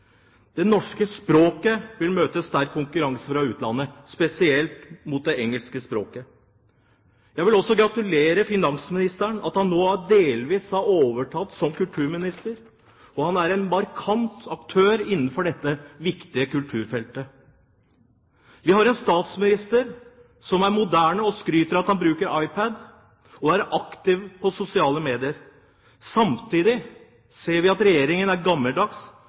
Det norske språket vil møte sterk konkurranse fra utlandet, spesielt fra det engelske språket. Jeg vil også gratulere finansministeren med at han nå delvis har overtatt som kulturminister. Han er en markant aktør innenfor dette viktige kulturfeltet. Vi har en statsminister som er moderne og skryter av at han bruker iPad og er aktiv på sosiale medier. Samtidig ser vi at Regjeringen er gammeldags